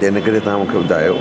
त इनकरे तव्हां मूंखे ॿुधायो